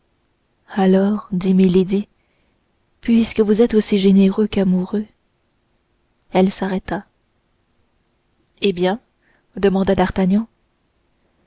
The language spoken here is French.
alors dit milady puisque vous êtes aussi généreux qu'amoureux elle s'arrêta eh bien demanda d'artagnan